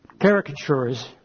caricatures